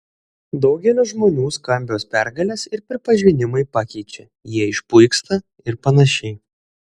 daugelį žmonių skambios pergalės ir pripažinimai pakeičia jie išpuiksta ir panašiai